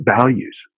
values